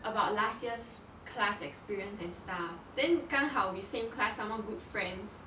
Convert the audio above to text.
about last year's class experience and stuff then 刚好 we same class some more good friends